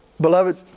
Beloved